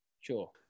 sure